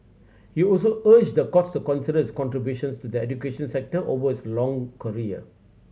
he also urged the court to consider his contributions to the education sector over his long career